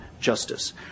justice